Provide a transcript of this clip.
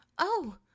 Oh